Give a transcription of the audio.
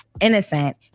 innocent